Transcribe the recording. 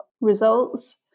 results